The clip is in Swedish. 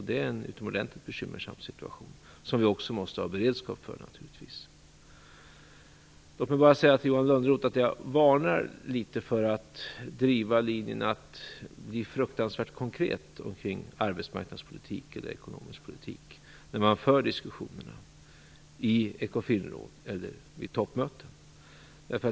Det är en utomordentligt bekymmersam situation som vi naturligtvis måste ha beredskap för. Jag vill varna, Johan Lönnroth, för att driva linjen att vara fruktansvärt konkret kring arbetsmarknadspolitik och ekonomisk politik när man för diskussionerna i Ecofinrådet eller vid toppmöten.